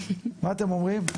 מה אתם אומרים?